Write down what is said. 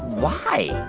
why?